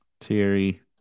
Terry